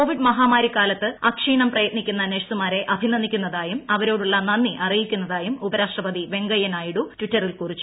Covid മഹാമാരി കാലത്ത് അക്ഷീണം പ്രയത്നിക്കുന്ന നഴ്സുമാരെ അഭിനന്ദിക്കുന്നതായും അവരോടുള്ള നന്ദി അറിയിക്കുന്നതായും ഉപരാഷ്ട്രപതി വെങ്കയ്യ നായിഡു ട്വിറ്ററിൽ കുറിച്ച്